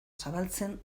zabaltzen